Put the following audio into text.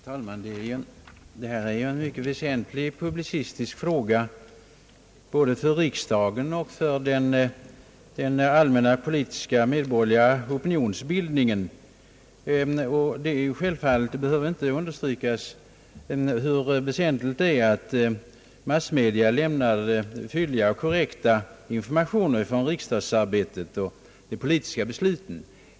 Herr talman! Detta är en mycket väsentlig publicistisk fråga både för riksdagen och för den medborgerliga politiska opinionsbildningen. Det behöver inte understrykas hur väsentligt det är att massmedia lämnar fylliga och korrekta informationer om riksdagsarbetet och de politiska besluten.